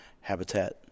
Habitat